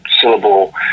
syllable